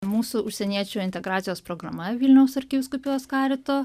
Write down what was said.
mūsų užsieniečių integracijos programa vilniaus arkivyskupijos karto